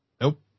Nope